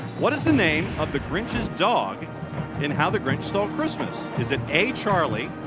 what is the name of the grinch's dog in how the grinch stole christmas. is it a, charlie,